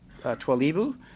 Twalibu